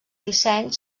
disseny